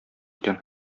икән